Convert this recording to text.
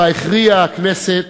שבה הכריעה הכנסת